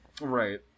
Right